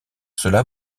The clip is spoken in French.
cela